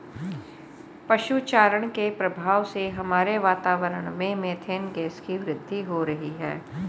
पशु चारण के प्रभाव से हमारे वातावरण में मेथेन गैस की वृद्धि हो रही है